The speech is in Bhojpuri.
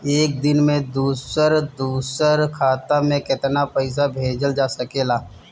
एक दिन में दूसर दूसर खाता में केतना पईसा भेजल जा सेकला?